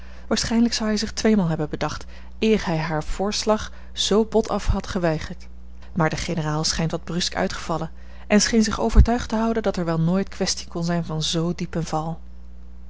waarschijnlijk zou hij zich tweemaal hebben bedacht eer hij haar voorslag zoo botaf had geweigerd maar de generaal schijnt wat brusk uitgevallen en scheen zich overtuigd te houden dat er wel nooit kwestie kon zijn van zoo diepen val